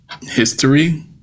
history